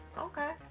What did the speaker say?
Okay